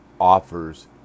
offers